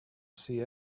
see